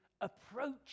approach